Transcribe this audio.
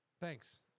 thanks